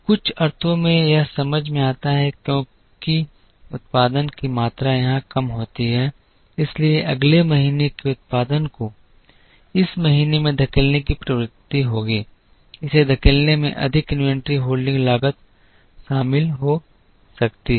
कुछ अर्थों में यह समझ में आता है क्योंकि उत्पादन की मात्रा यहाँ कम हो जाती है इसलिए अगले महीने के उत्पादन को इस महीने में धकेलने की प्रवृत्ति होगी इसे धकेलने में अधिक इन्वेंट्री होल्डिंग लागत शामिल हो सकती है